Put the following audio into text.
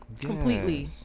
completely